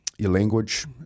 Language